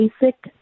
basic